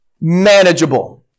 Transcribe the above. manageable